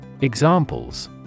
Examples